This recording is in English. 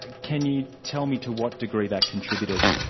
and can you tell me to what degree that contributed,